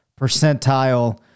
percentile